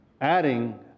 adding